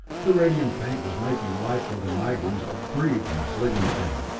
the radium paint was making life for the nigrans a brief and flitting thing!